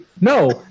no